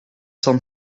cent